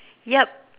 yup